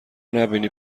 نبینی